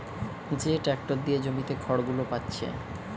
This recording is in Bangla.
যে ট্যাক্টর দিয়ে জমিতে খড়গুলো পাচ্ছে